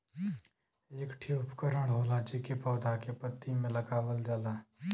एक ठे उपकरण होला जेके पौधा के पत्ती में लगावल जाला